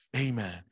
Amen